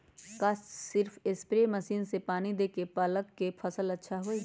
का सिर्फ spray machine से पानी देके पालक के अच्छा फसल होई?